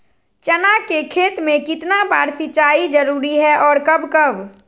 चना के खेत में कितना बार सिंचाई जरुरी है और कब कब?